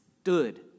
stood